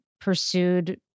pursued